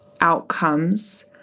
outcomes